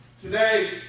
Today